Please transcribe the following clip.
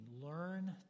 learn